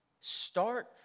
Start